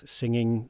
singing